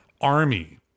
Army